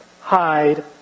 hide